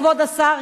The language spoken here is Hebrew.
כבוד השר,